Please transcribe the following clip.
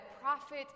Prophet